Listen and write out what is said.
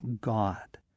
God